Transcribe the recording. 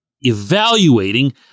evaluating